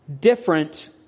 different